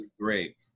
great